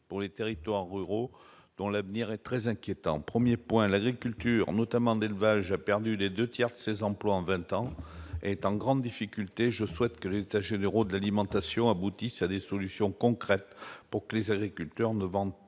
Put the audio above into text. pour les territoires ruraux, dont l'avenir est très inquiétant. Premier point, l'agriculture- notamment d'élevage -a perdu les deux tiers de ses emplois en vingt ans et se trouve en grande difficulté. Je souhaite que les états généraux de l'alimentation aboutissent à des solutions concrètes pour que les agriculteurs ne vendent